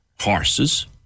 horses